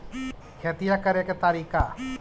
खेतिया करेके के तारिका?